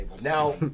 Now